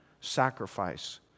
sacrifice